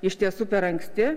iš tiesų per anksti